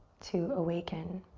to awaken,